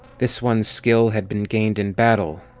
this one's skill had been gained in battle,